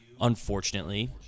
unfortunately